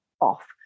off